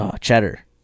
Cheddar